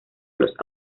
los